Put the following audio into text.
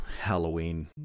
Halloween